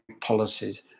policies